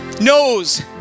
knows